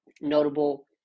notable